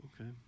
Okay